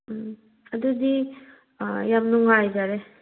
ꯎꯝ ꯑꯗꯨꯗꯤ ꯌꯥꯝ ꯅꯨꯡꯉꯥꯏꯖꯔꯦ